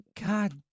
God